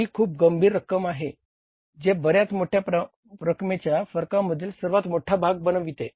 जी खूप गंभीर रक्कम आहे जे बर्याच मोठ्या रकमेच्या फरकामधील सर्वात मोठा भाग बनविते